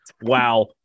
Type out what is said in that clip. wow